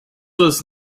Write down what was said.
was